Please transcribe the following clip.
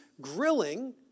grilling